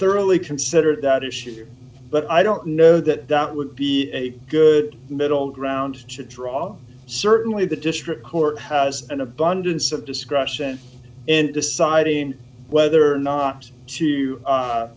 thoroughly considered that issue but i don't know that it would be a good middle ground to draw certainly the district court has an abundance of discretion in deciding whether or not to